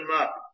up